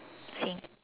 same